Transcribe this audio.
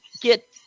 get